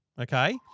okay